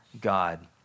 God